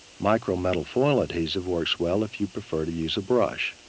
micro metal foil adhesive works well if you prefer to use a brush.